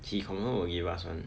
he confirm will give us [one]